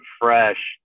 fresh